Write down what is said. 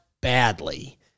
badly